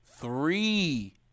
three